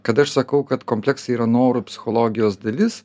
kad aš sakau kad kompleksai yra norų psichologijos dalis